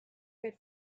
good